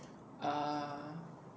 err